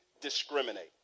discriminate